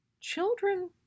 Children